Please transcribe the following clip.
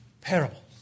parables